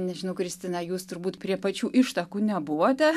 nežinau kristina jūs turbūt prie pačių ištakų nebuvote